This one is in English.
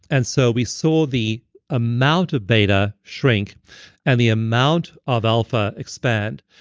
and so we saw the amount of beta shrink and the amount of alpha expand,